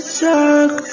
talk